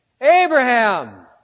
Abraham